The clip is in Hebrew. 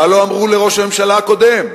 מה לא אמרו לראש הממשלה הקודם?